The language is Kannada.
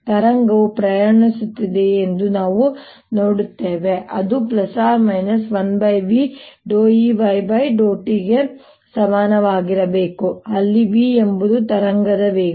ಅಲೆಯು ಪ್ರಯಾಣಿಸುತ್ತಿದೆಯೇ ಎಂದು ನಾವು ನೋಡುತ್ತೇವೆ ಇದು±1vEy∂t ಗೆ ಸಮನಾಗಿರಬೇಕು ಅಲ್ಲಿ v ಎಂಬುದು ತರಂಗದ ವೇಗ